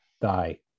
die